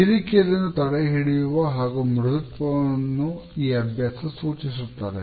ಕಿರಿಕಿರಿಯನ್ನು ತಡೆಹಿಡಿಯುವ ಹಾಗೂ ಮೃದುತ್ವವನ್ನು ಈ ಅಭ್ಯಾಸ ಸೂಚಿಸುತ್ತದೆ